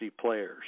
players